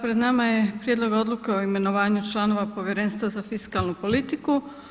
Pred nama je Prijedlog odluke o imenovanju članova Povjerenstva za fiskalnu politiku.